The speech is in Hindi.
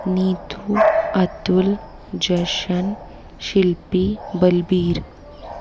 नीथु अतुल जशन शिल्पी बलबीर